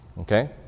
Okay